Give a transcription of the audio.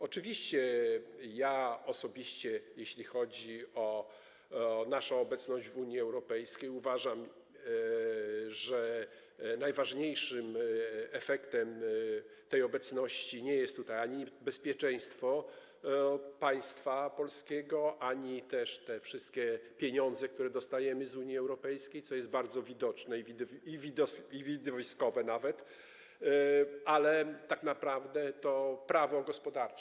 Oczywiście ja osobiście, jeśli chodzi o naszą obecność w Unii Europejskiej, uważam, że najważniejszym efektem tej obecności nie jest tutaj ani bezpieczeństwo państwa polskiego, ani też te wszystkie pieniądze, które dostajemy z Unii Europejskiej, co jest bardzo widoczne i nawet widowiskowe, ale tak naprawdę to prawo gospodarcze.